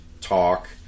talk